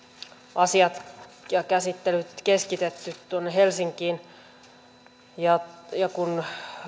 asiat ja käsittelyt keskitetty helsinkiin kun